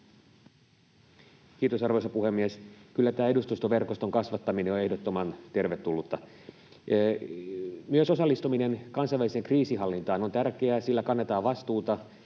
Kiitos, arvoisa puhemies! Kyllä tämä edustustoverkoston kasvattaminen on ehdottoman tervetullutta. Myös osallistuminen kansainväliseen kriisinhallintaan on tärkeää. Sillä kannetaan myös vastuuta